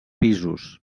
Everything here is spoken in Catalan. pisos